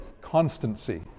constancy